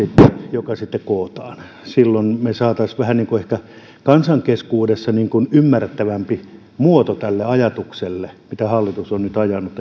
joka sitten kootaan silloin me saisimme kansan keskuudessa vähän ehkä ymmärrettävämmän muodon tälle ajatukselle mitä hallitus on nyt ajanut